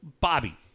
Bobby